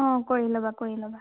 অঁ কৰি ল'বা কৰি ল'বা